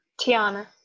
Tiana